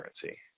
currency